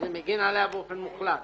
אז זה מגן עליה באופן מוחלט.